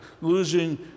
losing